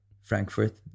Frankfurt